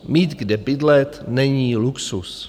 Mít kde bydlet není luxus.